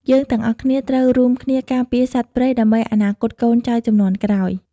យើងទាំងអស់គ្នាត្រូវរួមគ្នាការពារសត្វព្រៃ ដើម្បីអនាគតកូនចៅជំនាន់ក្រោយ។